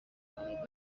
کنید